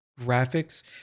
graphics